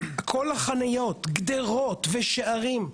כל החניות, גדרות ושערים.